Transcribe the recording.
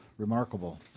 Remarkable